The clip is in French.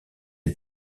est